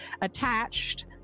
attached